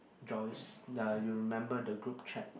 Joyce ya you remember the group chat